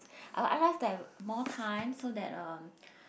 I I like to have more time so that um